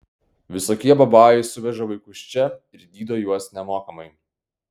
visokie babajai suveža vaikus čia ir gydo juos nemokamai